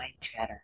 chatter